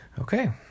Okay